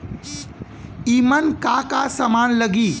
ईमन का का समान लगी?